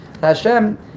Hashem